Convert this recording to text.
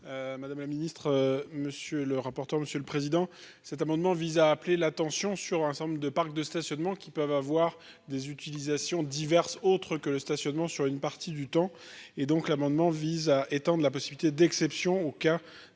madame la ministre, monsieur le rapporteur, monsieur le président, cet amendement vise à appeler l'attention sur un certain nombre de parcs de stationnement qui peuvent avoir des utilisations diverses autres que le stationnement sur une partie du temps et donc l'amendement vise à étendre la possibilité d'exception, aucun